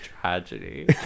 tragedy